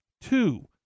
Two